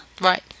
Right